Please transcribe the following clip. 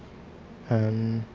and